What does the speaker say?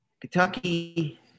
Kentucky